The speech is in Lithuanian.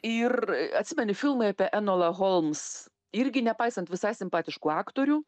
ir atsimeni filmai apie enola holms irgi nepaisant visai simpatiškų aktorių